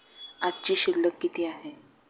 आजची शिल्लक किती आहे?